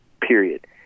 period